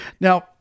Now